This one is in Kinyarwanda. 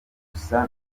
gusa